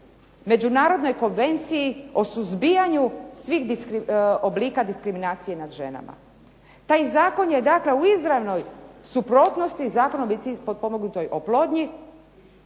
Međunarodnoj konvenciji o suzbijanju svih oblika diskriminacije nad ženama. Taj zakon je u izravnoj suprotnosti sa Zakonom o medicinski potpomognutoj oplodnji